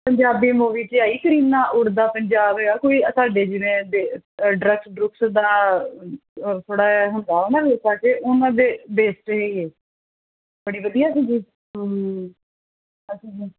Punjabi movie 'ਚ ਆਈ ਕਰੀਨਾ ਉੜਦਾ ਪੰਜਾਬ ਆ ਕੋਈ ਅਸਾਡੇ ਜਿਵੇਂ ਦੇ ਡਰੈਸ ਡਰੁੱਸ ਦਾ ਥੋੜ੍ਹਾ ਜਿਹਾ ਹੁੰਦਾ ਉਹਨਾਂ ਲੋਕਾਂ 'ਚ ਉਹਨਾਂ ਦੇ ਬੇਸ 'ਤੇ ਹੀ ਹੈ ਬੜੀ ਵਧੀਆ ਮੂਵੀ ਹੂੰ